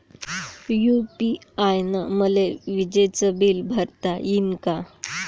UPI न मले विजेचं बिल भरता यीन का?